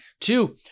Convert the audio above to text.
two